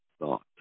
thought